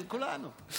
של כולנו.